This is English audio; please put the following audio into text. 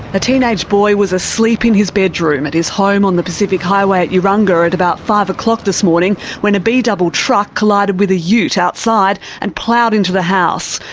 a teenage boy was asleep in his bedroom at his home on the pacific highway at urunga at about five o'clock this morning, when a b-double truck collided with a ute outside and ploughed into the house.